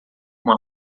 uma